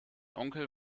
onkel